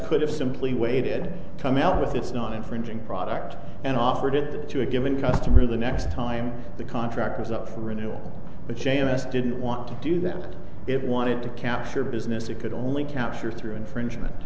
could have simply waited coming out with this not infringing product and offered it to a given customer the next time the contract was up for renewal but j m s didn't want to do that it wanted to capture business it could only capture through infringement